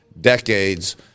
decades